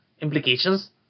implications